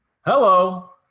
Hello